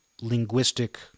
linguistic